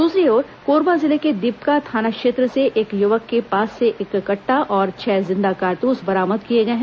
दूसरी ओर कोरबा जिले के दीपका थाना क्षेत्र से एक युवक के पास से एक कट्टा और छह जिंदा कारतूस बरामद किए गए हैं